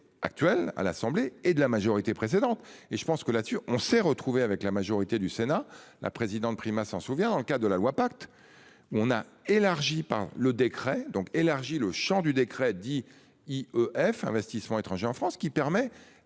actuelle à l'Assemblée et de la majorité précédente et je pense que là-dessus, on s'est retrouvé avec la majorité du Sénat la présidente Prima s'en souvient. Dans le cas de la loi pacte. On a élargi par le décret donc élargi le Champ du décret dit I E F investissements étrangers en France qui permet